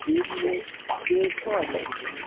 three BHK છ હજાર રૂપિયા